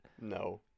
No